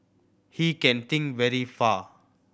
he can think very far